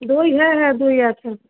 দই হ্যাঁ হ্যাঁ দই আছে